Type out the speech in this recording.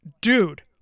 dude